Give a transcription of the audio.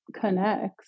connects